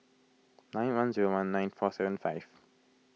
nine one zero one nine four seven five